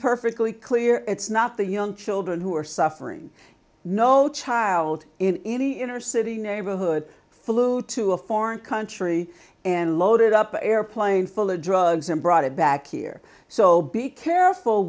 perfectly clear it's not the young children who are suffering no child in any inner city neighborhood flew to a foreign country and loaded up an airplane full of drugs and brought it back here so be careful